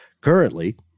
Currently